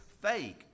fake